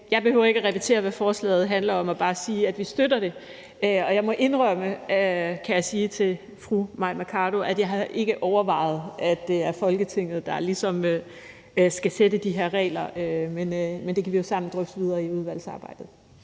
Jeg behøver ikke at repetere, hvad forslaget handler om, men vil bare sige, at vi støtter det. Og jeg må indrømme, kan jeg sige til fru Mai Mercado, at jeg ikke havde overvejet, at det er Folketinget, der ligesom skal fastsætte de her regler, men det kan vi jo sammen drøfte videre i udvalgsarbejdet.